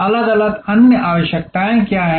अलग अलग अन्य आवश्यकताएं क्या हैं